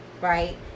right